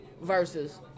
versus